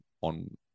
on